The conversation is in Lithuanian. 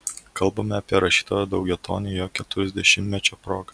kalbame apie rašytojo daugiatomį jo keturiasdešimtmečio proga